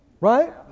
Right